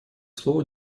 слово